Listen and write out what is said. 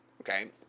Okay